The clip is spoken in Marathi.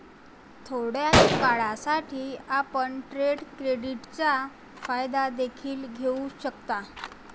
थोड्या काळासाठी, आपण ट्रेड क्रेडिटचा फायदा देखील घेऊ शकता